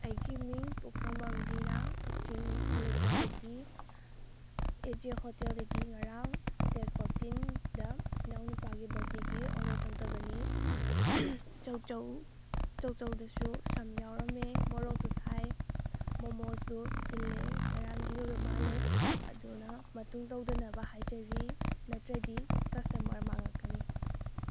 ꯑꯩꯒꯤ ꯃꯤꯡ ꯄꯨꯈ꯭ꯔꯝꯔꯝ ꯔꯤꯅꯥ ꯀꯛꯆꯤꯡ ꯅꯤꯡꯊꯧ ꯂꯩꯀꯥꯏꯗꯒꯤ ꯑꯩꯁꯦ ꯍꯣꯇꯦꯜꯗꯒꯤ ꯉꯔꯥꯡ ꯗꯦꯠ ꯐꯣꯔꯇꯤꯟꯗ ꯏꯅꯥꯎ ꯅꯨꯄꯥꯒꯤ ꯕꯔꯠꯗꯦꯒꯤ ꯑꯣꯔꯗꯔ ꯇꯧꯖꯕꯅꯤ ꯆꯧꯆꯧ ꯆꯧꯆꯧꯗꯁꯨ ꯁꯝ ꯌꯥꯎꯔꯝꯃꯦ ꯃꯣꯔꯣꯛꯁꯨ ꯁꯥꯏ ꯃꯣꯃꯣꯁꯨ ꯁꯤꯜꯂꯦ ꯉꯔꯥꯡꯒꯤ ꯑꯣꯏꯕ ꯃꯥꯜꯂꯦ ꯑꯗꯨꯅ ꯃꯇꯨꯡ ꯇꯧꯗꯅꯕ ꯍꯥꯏꯖꯔꯤ ꯅꯠꯇ꯭ꯔꯗꯤ ꯀꯁꯇꯃꯔ ꯃꯥꯡꯉꯛꯀꯅꯤ